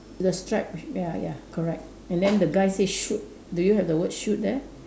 the striped ya ya correct and then the guy say shoot do you have the word shoot there